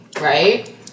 right